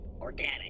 organic